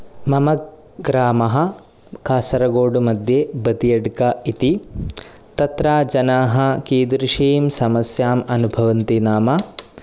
मम ग्रामः कासरगोडुमध्ये बदियड्का इति तत्र जनाः कीदृशीं समस्यां अनुभवन्ति नाम